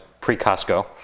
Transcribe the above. pre-Costco